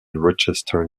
rochester